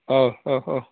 अ